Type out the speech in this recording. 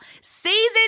season